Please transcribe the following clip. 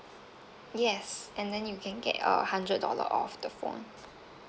yes and then you can get a hundred dollar off the phone